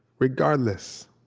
regardless,